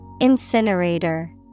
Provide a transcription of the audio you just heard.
Incinerator